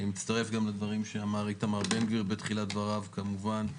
אני מצטרף גם לדברים שאמר איתמר בן גביר בתחילת דבריו כמובן.